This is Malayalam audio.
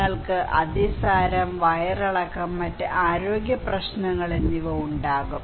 നിങ്ങൾക്ക് അതിസാരം വയറിളക്കം dysentery diarrhoea മറ്റ് ആരോഗ്യ പ്രശ്നങ്ങൾ എന്നിവ ഉണ്ടാകും